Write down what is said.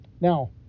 Now